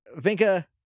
Vinka